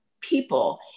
people